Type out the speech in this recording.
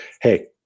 hey